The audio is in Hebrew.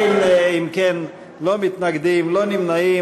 אין, אם כן, מתנגדים, אין נמנעים.